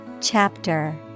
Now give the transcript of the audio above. Chapter